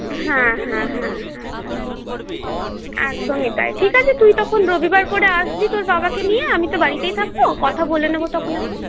হ্যাঁ হ্যাঁ হ্যাঁ হ্যাঁ হ্যাঁ একদমই তাই ঠিক আছে তুই তখন রবিবার করে আসবি তোর বাবাকে নিয়ে আমি তো বাড়িতেই থাকবো কথা বলে নেবো তখন একবার